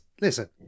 listen